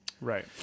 right